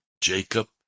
Jacob